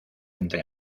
entre